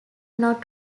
not